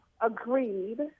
agreed